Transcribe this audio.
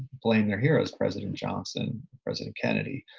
blame their heroes, president johnson, president kennedy.